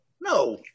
No